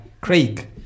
Craig